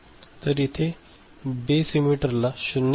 तर इथे बेस एमिटरला 0